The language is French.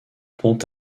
pont